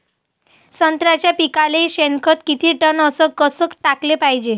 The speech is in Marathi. संत्र्याच्या पिकाले शेनखत किती टन अस कस टाकाले पायजे?